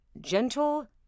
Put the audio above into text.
gentle